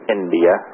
India